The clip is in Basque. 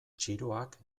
txiroak